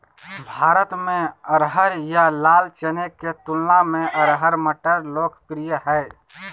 भारत में अरहर या लाल चने के तुलना में अरहर मटर लोकप्रिय हइ